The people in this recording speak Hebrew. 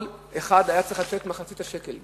כל אחד היה צריך לתת מחצית השקל.